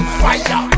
fire